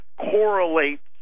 correlates